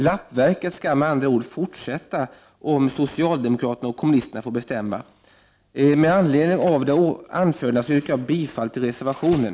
”Lappverket” skall med andra ord fortsätta, om socialdemokraterna och kommunisterna får bestämma. Med anledning av det anförda yrkar jag bifall till reservationen.